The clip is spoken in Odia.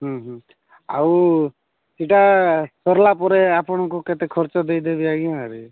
ହୁଁ ହୁଁ ଆଉ ଏଟା ସରିଲା ପରେ ଆପଣଙ୍କୁ କେତେ ଖର୍ଚ୍ଚ ଦେଇଦେବି ଆଜ୍ଞା